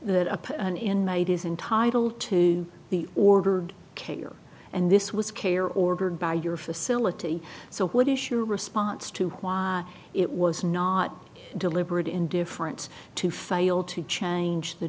that a an inmate is entitled to the ordered care and this was care ordered by your facility so what is your response to why it was not deliberate indifference to fail to change the